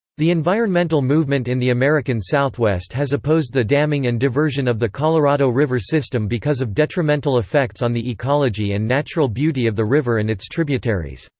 the environmental movement in the american southwest has opposed the damming and diversion of the colorado river system because of detrimental effects on the ecology and natural beauty of the river and its tributaries.